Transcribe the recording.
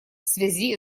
связи